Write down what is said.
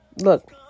Look